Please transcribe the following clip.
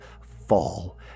fall